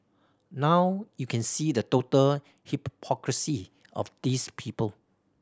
now you can see the total hypocrisy of these people